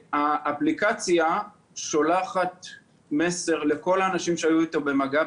האפליקציה שולחת מסר לכל האנשים שהיו איתו במגע,